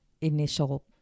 initial